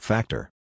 Factor